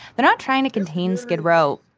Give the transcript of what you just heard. they're not trying to contain skid row.